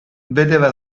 vedeva